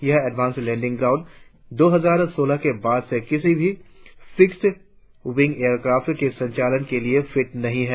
यह advance landing ground दो हजार सोलह के बाद से किसी भी फिस्क विंग एयर क्राफ्ट के संचालन के लिए फिट नहीं हैं